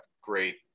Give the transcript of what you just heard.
great